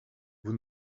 vous